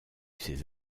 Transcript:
ses